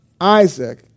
Isaac